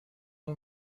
اون